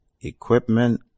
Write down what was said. equipment